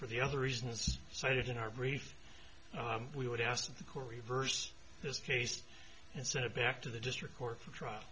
for the other reasons cited in our brief we would ask the court reversed this case and send it back to the district court for trial